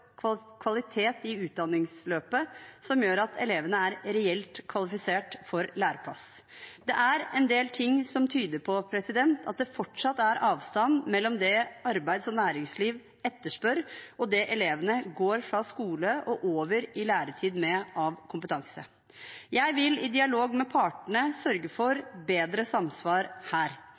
læreplass. Det er en del ting som tyder på at det fortsatt er avstand mellom det arbeids- og næringsliv etterspør, og det elevene går fra skole og over i læretid med av kompetanse. Jeg vil i dialog med partene sørge for bedre samsvar her.